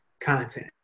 content